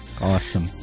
Awesome